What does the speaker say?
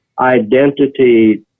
identity